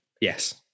Yes